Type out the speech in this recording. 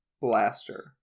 Blaster